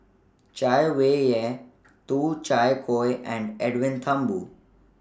Chay Weng Yew and Edwin Thumboo